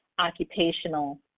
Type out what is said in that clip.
occupational